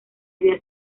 había